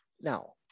now